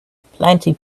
plenty